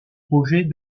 projet